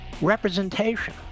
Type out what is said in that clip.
representation